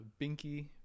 binky